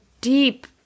deep